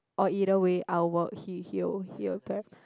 or either way I work he he'll he'll